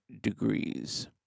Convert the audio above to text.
degrees